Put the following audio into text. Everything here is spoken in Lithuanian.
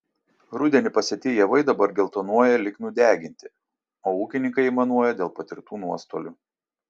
rudenį pasėti javai dabar geltonuoja lyg nudeginti o ūkininkai aimanuoja dėl patirtų nuostolių